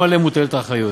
גם עליהן מוטלת האחריות.